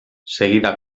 seguida